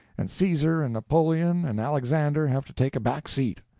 and caesar and napoleon and alexander have to take a back seat.